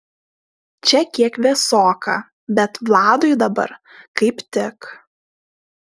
čia kiek vėsoka bet vladui dabar kaip tik